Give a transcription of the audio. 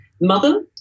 mother